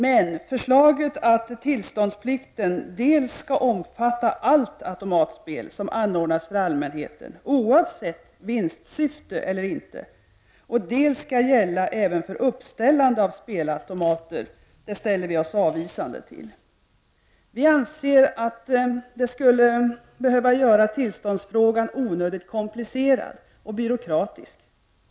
Men förslaget att tillståndsplikten dels skall omfatta allt automatspel som anordnas för allmänheten, oavsett vinstsyfte eller inte, dels skall gälla även för uppställande av spelautomater ställer vi oss avvisande till. Vi anser att det skulle göra tillståndsfrågan onödigt komplicerad och byråkratisk.